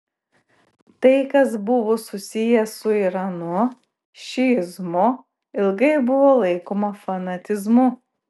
tai kas buvo susiję su iranu šiizmu ilgai buvo laikoma fanatizmu